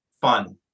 fun